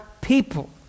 people